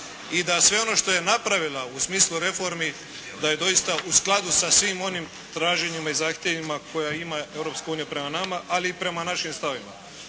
i da sve ono što je napravila u smislu reformi da je doista u skladu sa svim onim traženjima i zahtjevima koja ima Europska unija prema nama, ali i prema našim stavovima.